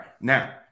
Now